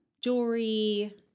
jewelry